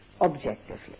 objectively